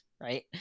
right